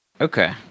Okay